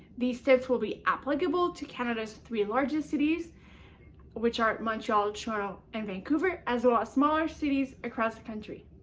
these tips will be applicable to canada's three largest cities which are montreal, toronto, and vancouver, as well as ah smaller cities across the country.